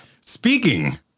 Speaking